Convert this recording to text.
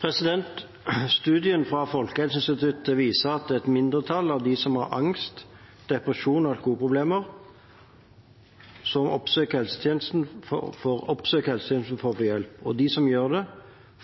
tenestene? Studien fra Folkehelseinstituttet viser at et mindretall av dem som har angst, depresjon og alkoholproblemer, oppsøker helsetjenesten for å få hjelp. Og de som gjør det,